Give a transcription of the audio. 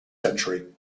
century